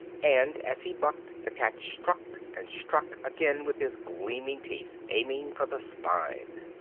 and as he bucked, the cat struck and struck again with his gleaming teeth, aiming for the spine.